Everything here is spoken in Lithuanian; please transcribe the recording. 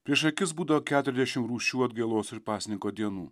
prieš akis būdavo keturiasdešimt rūšių atgailos ir pasninko dienų